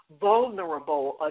vulnerable